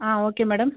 okay madam